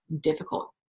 difficult